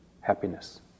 happiness